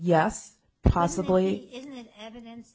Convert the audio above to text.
yes possibly evidence